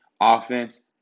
Offense